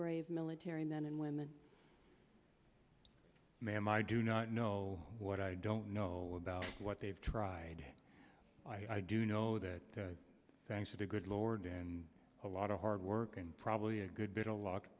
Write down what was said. brave military men and women ma'am i do not know what i don't know about what they've tried i do know that thanks to the good lord and a lot of hard work and probably a good bit